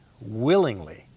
willingly